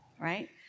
right